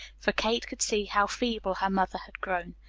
for kate could see how feeble her mother had grown.